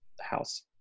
house